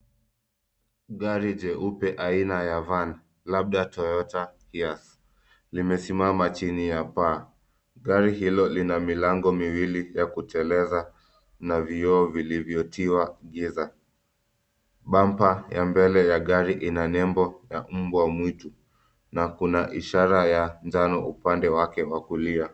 Gari jeupe aina ya van labda Toyota Hiace limesimama chini ya paa. Gari hilo lina milango miwili ya kuteleza na vioo vilivyo tiwa giza. Bumper ya mbele ya gari ina nembo ya ubwa mwitu na kuna ishara ya njano upande wake kwa kulia.